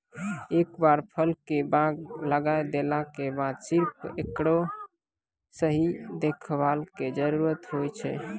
एक बार फल के बाग लगाय देला के बाद सिर्फ हेकरो सही देखभाल के जरूरत होय छै